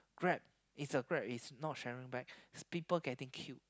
grab is a grab is not sharing bike people getting killed